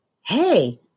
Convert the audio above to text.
Hey